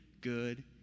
good